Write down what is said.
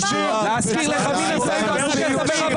פוליטיזציה, עדיף רק פוליטיזציה.